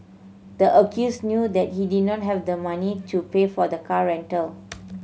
the accused knew that he did not have the money to pay for the car rental